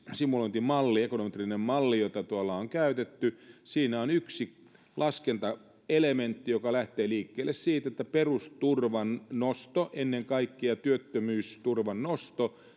simulointimallissa ekonometrisessä mallissa jota tuolla on käytetty on yksi laskentaelementti joka lähtee liikkeelle siitä että perusturvan nosto ennen kaikkea työttömyysturvan nosto